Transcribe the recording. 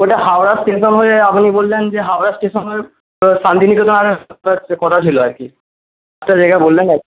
ওটা হাওড়া স্টেশন হয়ে আপনি বললেন যে হাওড়া স্টেশন হয়ে শান্তিনিকেতন কথা ছিল আর কি একটা জায়গায় বললেন